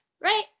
right